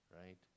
right